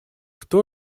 кто